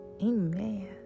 Amen